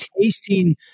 tasting